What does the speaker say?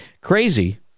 Crazy